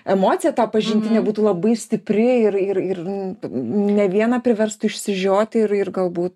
emocija ta pažintinė būtų labai stipri ir ir ir ne vieną priverstų išsižioti ir ir galbūt